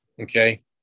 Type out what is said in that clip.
okay